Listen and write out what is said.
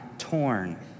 torn